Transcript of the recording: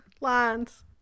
lines